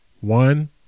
One